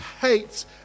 hates